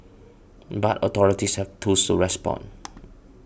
but authorities have tools to respond